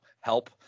help